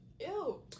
Ew